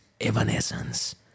Evanescence